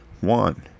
one